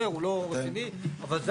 אבל,